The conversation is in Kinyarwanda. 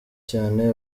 cyane